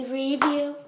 review